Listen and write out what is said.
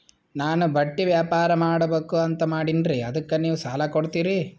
ನಾನು ಬಟ್ಟಿ ವ್ಯಾಪಾರ್ ಮಾಡಬಕು ಅಂತ ಮಾಡಿನ್ರಿ ಅದಕ್ಕ ನೀವು ಸಾಲ ಕೊಡ್ತೀರಿ?